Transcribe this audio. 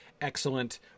excellent